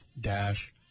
dash